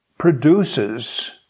produces